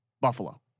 Buffalo